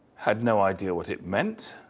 had no idea what it meant.